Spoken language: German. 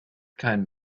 keinen